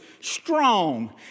strong